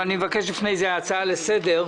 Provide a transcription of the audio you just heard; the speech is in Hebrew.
אבל אני מבקש לפני זה הצעה לסדר.